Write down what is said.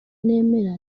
nemera